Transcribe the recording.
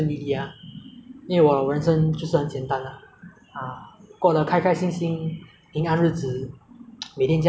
每天这样简单生活过就可以了不要不愁吃不愁穿不要太担心未来也不要想以前的东西